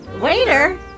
Waiter